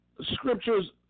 Scriptures